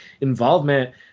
involvement